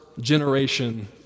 generation